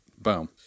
Boom